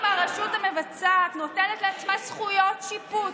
"אם הרשות המבצעת נותנת לעצמה זכויות שיפוט,